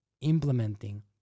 implementing